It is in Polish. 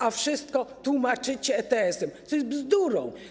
A wszystko tłumaczycie ETS-em, co jest bzdurą.